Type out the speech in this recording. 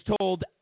told